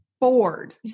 bored